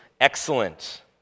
excellent